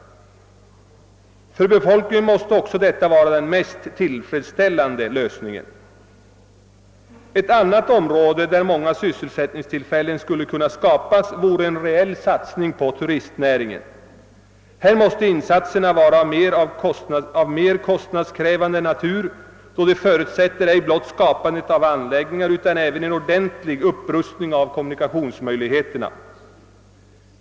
För befolkningen måste detta också vara den mest tillfredsställande lösningen. Ett annat område där många sysselsättningstillfällen skulle kunna skapas är turistnäringen. Här måste insatserna vara av mer kostnadskrävande natur, då en reell satsning förutsätter ej blott skapande av anläggningar utan även en grundlig upprustning av kommunikationerna.